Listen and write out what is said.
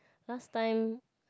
last time